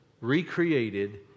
recreated